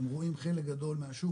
הם רואים חלק גדול מהשוק,